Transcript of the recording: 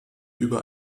über